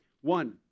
One